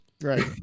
Right